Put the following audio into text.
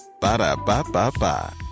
Ba-da-ba-ba-ba